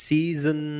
Season